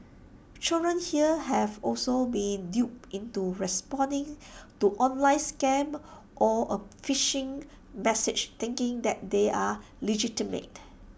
children here have also been duped into responding to online scams or A phishing message thinking that they are legitimate